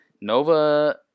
Nova